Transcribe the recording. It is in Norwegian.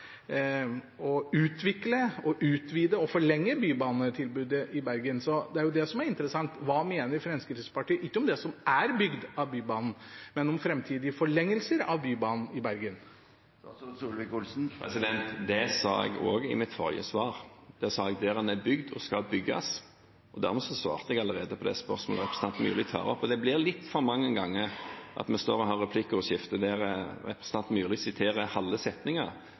utvikle, utvide og forlenge bybanetilbudet i Bergen. Det er det som er interessant. Hva mener Fremskrittspartiet, ikke om det som er bygd av Bybanen, men om framtidige forlengelser av Bybanen i Bergen? Det sa jeg også i mitt forrige svar. Da sa jeg der den er bygd og skal bygges, og dermed svarte jeg allerede på det spørsmålet som representanten Myrli tar opp. Det blir litt for mange ganger at vi står og har replikkordskifter der representanten Myrli siterer halve